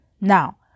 Now